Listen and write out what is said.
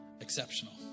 exceptional